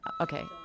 Okay